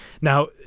Now